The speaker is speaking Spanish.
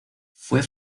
fue